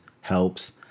helps